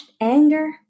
anger